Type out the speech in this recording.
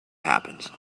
happens